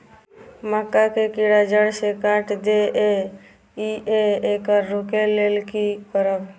मक्का के कीरा जड़ से काट देय ईय येकर रोके लेल की करब?